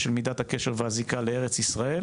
של מידת הקשר והזיקה לארץ-ישראל,